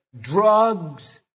drugs